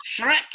Shrek